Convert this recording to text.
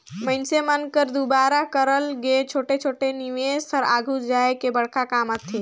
मइनसे मन कर दुवारा करल गे छोटे छोटे निवेस हर आघु जाए के बड़खा काम आथे